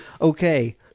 okay